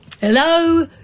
Hello